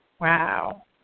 Wow